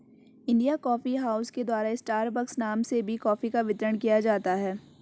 India coffee house के द्वारा Starbucks नाम से भी कॉफी का वितरण किया जाता है